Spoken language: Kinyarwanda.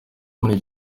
muri